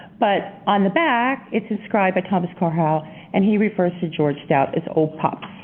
but on the back it's inscribed by thomas carr howe and he refers to george stout as ol' pop.